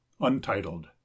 Untitled